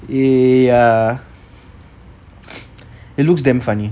eh ya it looks damn funny